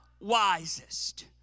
wisest